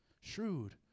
Shrewd